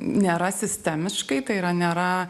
nėra sistemiškai tai yra nėra